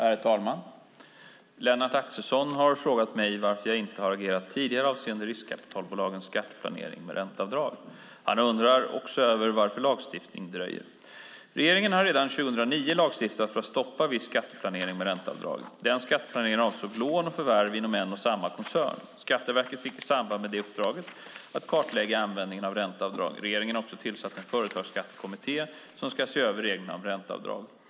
Herr talman! Lennart Axelsson har frågat mig varför jag inte har agerat tidigare avseende riskkapitalbolagens skatteplanering med ränteavdrag. Han undrar också varför lagstiftning dröjer. Regeringen har redan 2009 lagstiftat för att stoppa viss skatteplanering med ränteavdrag. Den skatteplaneringen avsåg lån och förvärv inom en och samma koncern. Skatteverket fick i samband med detta ett uppdrag att kartlägga användningen av ränteavdrag. Regeringen har också tillsatt en företagsskattekommitté som ska se över reglerna om ränteavdrag.